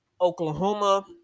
oklahoma